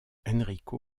enrico